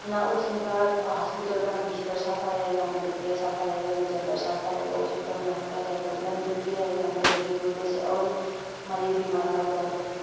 ना उसमें का हॉस्पिटल का बिस्तर साफ़ रहेगा ना तकिया साफ़ रहेगा ना चद्दर साफ़ रहेगा उसी तरह महकता रहेगा गंदगी रहेगा गंदगी की वजह से और मरीज़ बीमार पड़ जाते हैं